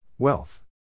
Wealth